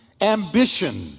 ambition